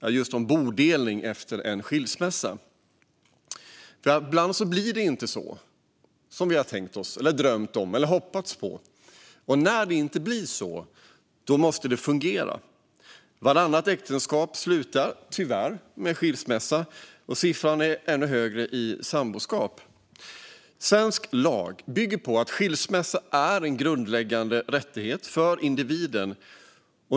Det handlar om bodelning efter en skilsmässa. Ibland blir det ju inte så som vi tänkt oss eller drömt om eller hoppats på, och när det inte blir så måste det fungera. Vartannat äktenskap slutar tyvärr med skilsmässa, och siffran är ännu högre för samboskap. Svensk lag bygger på att skilsmässa är en grundläggande rättighet för individen.